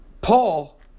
Paul